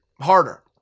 harder